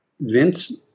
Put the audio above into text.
Vince